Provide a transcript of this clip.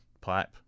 pipe